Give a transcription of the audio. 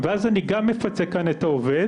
ואז אני גם מפצה כאן את העובד